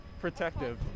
Protective